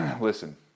Listen